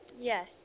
Yes